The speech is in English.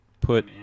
put